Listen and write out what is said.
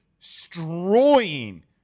Destroying